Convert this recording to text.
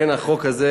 אכן החוק הזה,